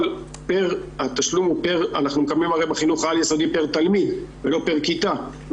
בחינוך העל יסודי אנחנו מקבלים פר תלמיד ולא פר כיתה,